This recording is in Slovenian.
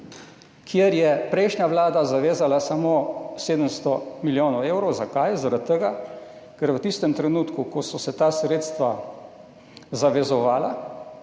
kjer je prejšnja vlada zavezala samo 700 milijonov evrov. Zakaj? Zaradi tega, ker v tistem trenutku, ko so se ta sredstva zavezovala,